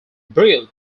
brewed